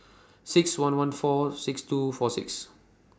six one one four six two four six